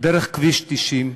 דרך כביש 90,